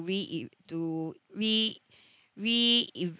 re-ev~ to re~ re-ev~